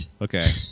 Okay